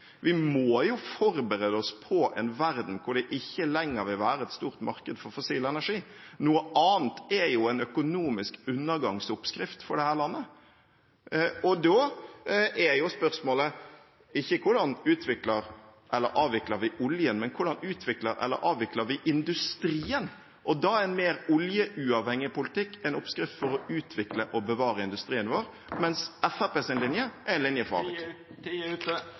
Vi må jo forberede oss på en verden hvor det ikke lenger vil være et stort marked for fossil energi. Noe annet er jo en økonomisk undergangsoppskrift for dette landet. Da er jo ikke spørsmålet hvordan vi utvikler eller avvikler oljen, men hvordan vi utvikler eller avvikler industrien. Da er en mer oljeuavhengig politikk en oppskrift for å utvikle og bevare industrien vår, mens Fremskrittspartiets linje er en linje